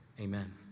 Amen